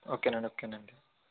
ఓకేనండి ఓకేనండి